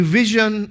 vision